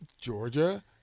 Georgia